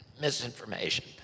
misinformation